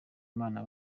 imana